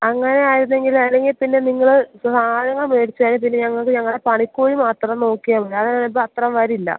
അങ്ങനെ ആയിരുന്നെങ്കിലല്ലെങ്കില്പ്പിന്നെ നിങ്ങള് സാധനങ്ങള് മേടിച്ചുതരണം പിന്നെ ഞങ്ങള്ക്ക് ഞങ്ങളുടെ പണിക്കൂലി മാത്രം നോക്കിയാല് മതി അതിപ്പോള് അത്രയും വരില്ല